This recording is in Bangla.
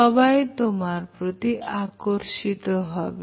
সবাই তোমার প্রতি আকর্ষিত হবে